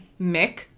Mick